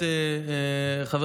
חבר